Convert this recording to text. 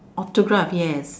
autograph yes